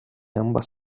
ambas